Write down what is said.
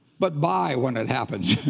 but buy when it happens.